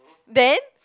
then